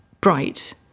bright